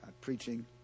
preaching